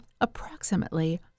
approximately